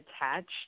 attached